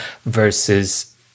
versus